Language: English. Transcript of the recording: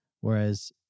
whereas